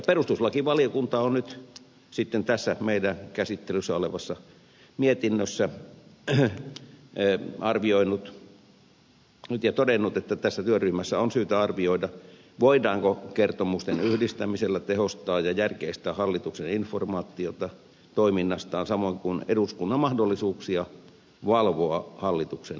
perustuslakivaliokunta on nyt sitten tässä käsittelyssä olevassa mietinnössä arvioinut ja todennut että tässä työryhmässä on syytä arvioida voidaanko kertomusten yhdistämisellä tehostaa ja järkeistää hallituksen informaatiota toiminnastaan samoin kuin eduskunnan mahdollisuuksia valvoa hallituksen toimia